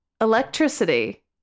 electricity